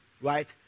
right